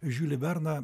žiulį verną